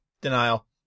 Denial